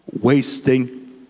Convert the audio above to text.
wasting